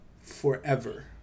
forever